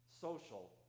social